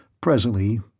Presently